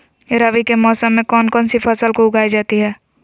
रवि के मौसम में कौन कौन सी फसल को उगाई जाता है?